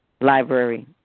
library